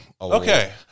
Okay